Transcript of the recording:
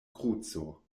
kruco